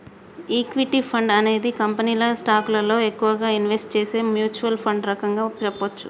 equity fund అనేది కంపెనీల స్టాకులలో ఎక్కువగా ఇన్వెస్ట్ చేసే మ్యూచ్వల్ ఫండ్ రకంగా చెప్పచ్చు